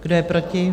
Kdo je proti?